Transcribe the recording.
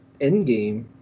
endgame